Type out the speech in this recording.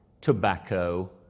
tobacco